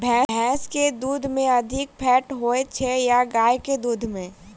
भैंस केँ दुध मे अधिक फैट होइ छैय या गाय केँ दुध में?